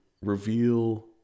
reveal